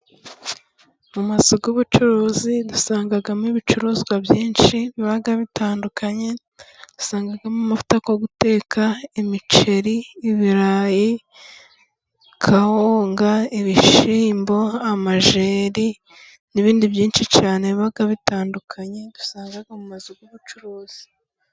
Mu mazu y'ubucuruzi dusangamo ibicuruzwa byinshi biba bitandukanye dusangamo amavuta yo guteka, imiceri ,ibirayi ,kawunga, ibishyimbo ,amajeri ,n'ibindi byinshi cyane biba bitandukanye dusanga mu mazu y'ubucuruzi.